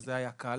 שזה היה קל,